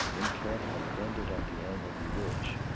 and carefully bend it at the angle you wish.